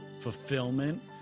fulfillment